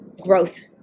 growth